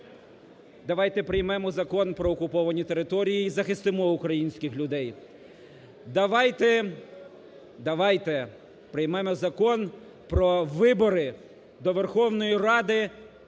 Давайте приймемо Закон про окуповані території і захистимо українських людей, давайте, давайте приймемо Закон про вибори до Верховної Ради